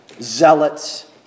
zealots